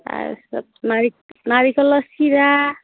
তাৰপিছত নাৰিক নাৰিকলৰ চিৰা